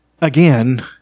again